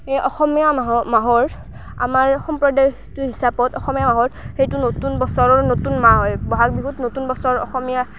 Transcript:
এই অসমীয়া মাহৰ মাহৰ আমাৰ সম্প্ৰদায়টোৰ হিচাপত অসমীয়া মাহৰ হেৰিটো নতুন বছৰৰ নতুন মাহ হয় বহাগ বিহুত নতুন বছৰ অসমীয়াৰ